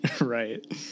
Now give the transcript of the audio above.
Right